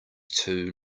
too